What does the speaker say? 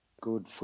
good